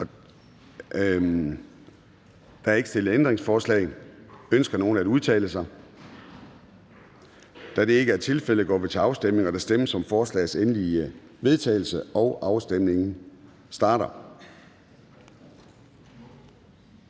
Der er ikke stillet ændringsforslag. Ønsker nogen at udtale sig? Da det ikke er tilfældet, går vi til afstemning. Kl. 10:14 Afstemning Formanden (Søren Gade): Der stemmes om lovforslagets endelige vedtagelse, og afstemningen starter.